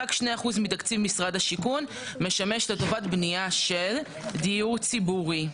רק 2% מתקציב משרד השיכון משמש לטובת בנייה של דיור ציבורי.